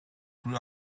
grew